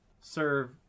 serve